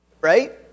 Right